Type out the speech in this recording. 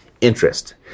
Interest